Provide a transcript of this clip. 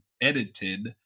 edited